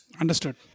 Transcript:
Understood